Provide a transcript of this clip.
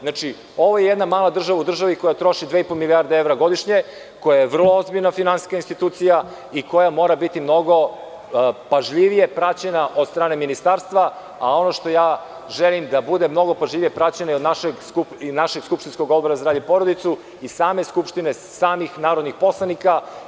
Znači, ovo je jedna mala država u državi koja troši dve i po milijarde evra godišnje, koja je vrlo ozbiljna finansijska institucija i koja mora biti mnogo pažljivije praćena od strane ministarstva, a ono što ja želim da bude mnogo pažljivije praćeno i od našeg skupštinskog Odbora za zdravlje i porodicu i same Skupštine, samih narodnih poslanika…